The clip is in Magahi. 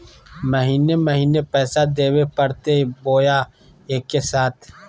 महीने महीने पैसा देवे परते बोया एके साथ?